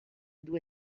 due